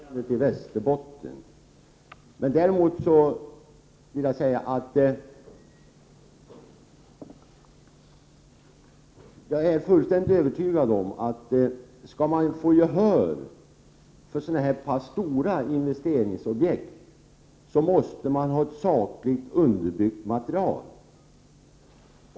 Herr talman! Jag skall inte blanda mig i motionerandet i Västerbotten. Däremot vill jag säga att jag är fullständigt övertygad om att skall man få gehör för så pass stora investeringsobjekt som det här är fråga om måste man ha ett sakligt underbyggt material.